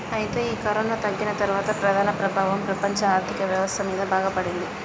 అయితే ఈ కరోనా తగ్గిన తర్వాత దాని ప్రభావం ప్రపంచ ఆర్థిక వ్యవస్థ మీద బాగా పడింది